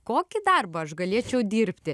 kokį darbą aš galėčiau dirbti